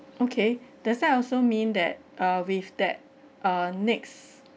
okay does that also mean that uh with that uh next